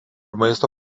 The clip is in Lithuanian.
maisto